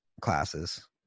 classes